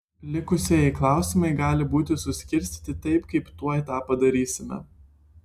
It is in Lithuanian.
likusieji klausimai gali būti suskirstyti taip kaip tuoj tą padarysime